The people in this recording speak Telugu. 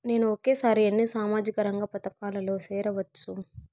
నేను ఒకేసారి ఎన్ని సామాజిక రంగ పథకాలలో సేరవచ్చు?